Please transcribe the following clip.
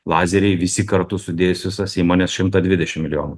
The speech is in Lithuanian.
lazeriai visi kartu sudėjus visas įmonės šimtą dvidešim milijonų